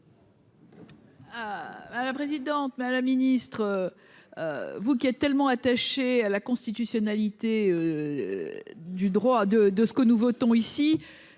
Ah, la présidente, mais à la ministre, vous qui êtes tellement attachés à la constitutionnalité du droit de de ce que nous votons ici,